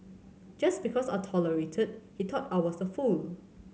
just because I tolerated he thought I was a fool